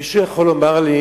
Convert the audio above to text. מישהו יכול לומר לי